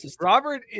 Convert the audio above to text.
Robert